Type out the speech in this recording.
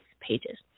pages